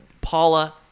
Paula